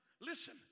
listen